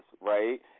right